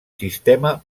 sistema